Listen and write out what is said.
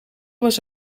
was